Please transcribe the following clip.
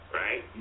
right